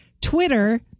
Twitter